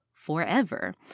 forever